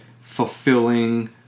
fulfilling